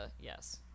yes